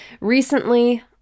Recently